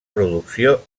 producció